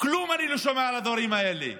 כלום אני לא שומע על הדברים האלה.